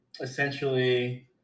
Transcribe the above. essentially